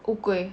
乌龟